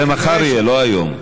זה מחר יהיה, לא היום.